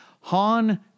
Han